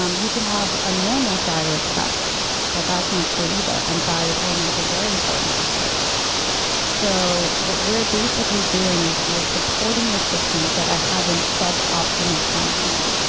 um you could have a normal thyroid test but that's not true either, and thyroid hormones are very important for hair growth so, what we're basically doing is we're supporting the systems that are having suboptimal functioning.